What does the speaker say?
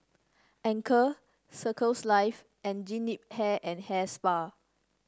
Anchor Circles Life and Jean Yip Hair and Hair Spa